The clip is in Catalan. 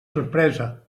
sorpresa